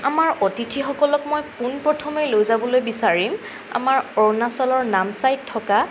আমাৰ অতিথিসকলক মই পোন প্ৰথমেই লৈ যাবলৈ বিচাৰিম আমাৰ অৰুণাচলৰ নামচাইত থকা